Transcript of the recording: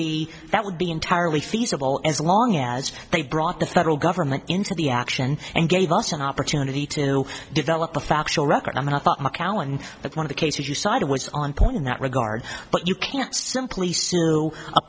be that would be entirely feasible as long as they brought the federal government into the action and gave us an opportunity to develop a factual record and i thought macallan but one of the cases you cited was on point in that regard but you can't simply